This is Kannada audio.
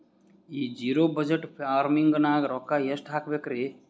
ಈ ಜಿರೊ ಬಜಟ್ ಫಾರ್ಮಿಂಗ್ ನಾಗ್ ರೊಕ್ಕ ಎಷ್ಟು ಹಾಕಬೇಕರಿ?